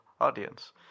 audience